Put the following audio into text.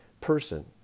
person